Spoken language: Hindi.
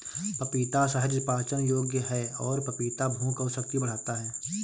पपीता सहज पाचन योग्य है और पपीता भूख और शक्ति बढ़ाता है